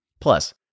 Plus